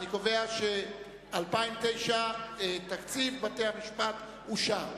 אני קובע: 2009, תקציב בתי-המשפט אושר.